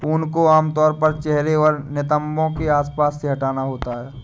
ऊन को आमतौर पर चेहरे और नितंबों के आसपास से हटाना होता है